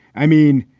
i mean,